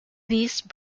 these